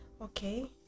okay